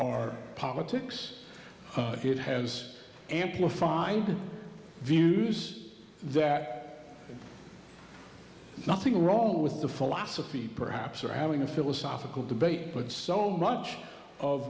our politics it has amplified views that nothing wrong with the philosophy perhaps or having a philosophical debate but so much of